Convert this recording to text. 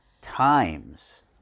times